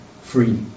free